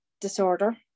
disorder